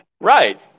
right